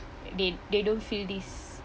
they they don't feel this